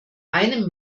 einem